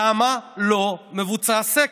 למה לא מבוצע סקר?